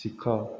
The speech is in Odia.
ଶିଖ